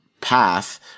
path